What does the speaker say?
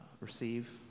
receive